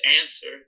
answer